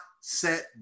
set